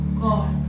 God